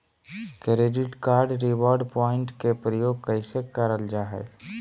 Credit card reward point के प्रयोग कैसे करल जा है?